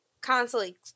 constantly